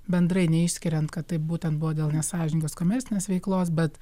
bendrai neišskiriant kad tai būtent buvo dėl nesąžiningos komercinės veiklos bet